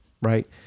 Right